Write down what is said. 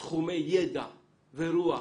תחומי ידע ורוח